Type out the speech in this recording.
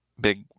big